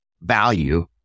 value